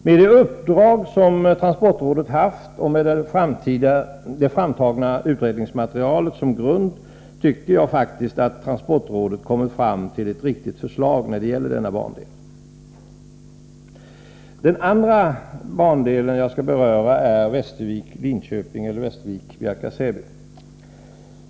Med det uppdrag som transportrådet haft och med det framtagna utredningsmaterialet som grund tycker jag att transportrådet har kommit fram till ett riktigt förslag när det gäller denna bandel. Den andra bandel jag skall beröra är Västervik-Linköping/Bjärka-Säby.